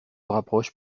rapprochent